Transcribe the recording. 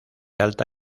alta